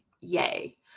yay